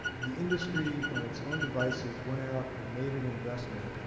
the industry on its own devices went out and made an investment